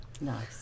Nice